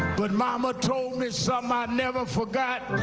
but mama told me something i never forget.